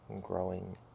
growing